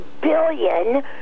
billion